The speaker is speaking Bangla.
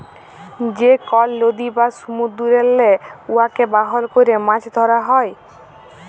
যে কল লদী বা সমুদ্দুরেল্লে উয়াকে বাহল ক্যরে মাছ ধ্যরা হ্যয়